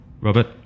Robert